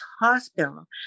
Hospital